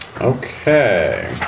Okay